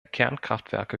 kernkraftwerke